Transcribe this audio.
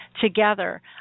Together